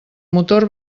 motor